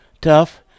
tough